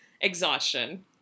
exhaustion